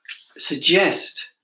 suggest